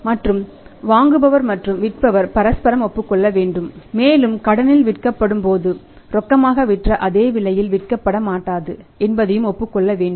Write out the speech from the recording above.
மற்றும் வாங்குபவர் மற்றும் விற்பவர் பரஸ்பரம் ஒப்புக்கொள்ள வேண்டும் மேலும் கடனில் விற்கப்படும் போது ரொக்கமாக விற்ற அதே விலையில் விற்கப்பட மாட்டாது என்பதையும் ஒப்புக்கொள்ள வேண்டும